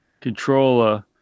controller